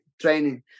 training